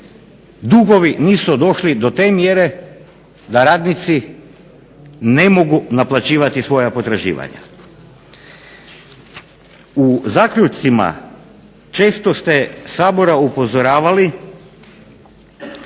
dugovi nisu došli do te mjere da radnici ne mogu naplaćivati svoja potraživanja. U zaključcima često ste Sabora upozoravali